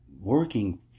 working